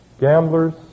Gamblers